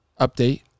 update